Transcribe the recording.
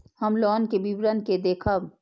हम लोन के विवरण के देखब?